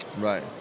right